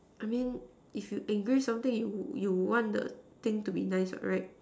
I mean if you engrave something you would would want the thing to be nice right